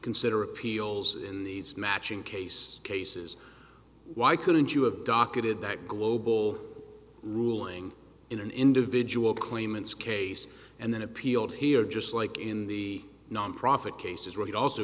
consider appeals in these matching case cases why couldn't you have docketed that global ruling in an individual claimants case and then appealed here just like in the nonprofit cases where he also